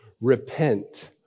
Repent